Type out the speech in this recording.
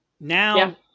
Now